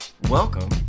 Welcome